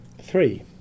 Three